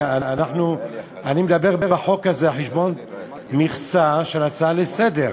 כי אני מדבר בחוק הזה על חשבון מכסה של הצעה לסדר-היום,